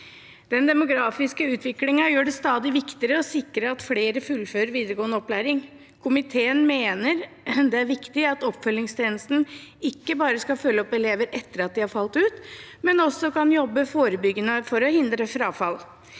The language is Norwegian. Den demografiske utviklingen gjør det stadig viktigere å sikre at flere fullfører videregående opplæring. Komiteen mener det er viktig at oppfølgingstjenesten ikke bare skal følge opp elever etter at de har falt ut, men også kan jobbe forebyggende for å hindre frafall.